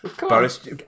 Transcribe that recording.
Boris